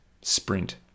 sprint